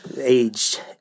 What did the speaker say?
aged